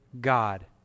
God